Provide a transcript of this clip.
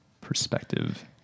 perspective